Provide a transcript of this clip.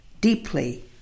deeply